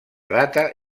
data